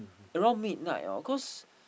around midnight orh cause